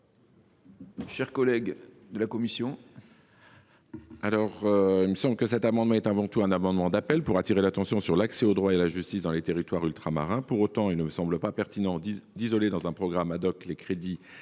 nos collègues de la commission